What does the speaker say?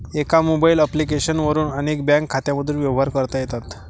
एका mobile application वरून अनेक बँक खात्यांमधून व्यवहार करता येतात